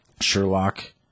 Sherlock